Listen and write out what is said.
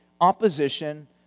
opposition